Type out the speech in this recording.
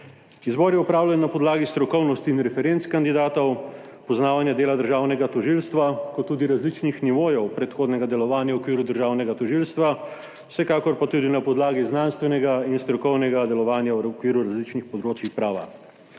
Izbor je opravljen na podlagi strokovnosti in referenc kandidatov, poznavanja dela državnega tožilstva, kot tudi različnih nivojev predhodnega delovanja v okviru državnega tožilstva, vsekakor pa tudi na podlagi znanstvenega in strokovnega delovanja v okviru različnih področij prava.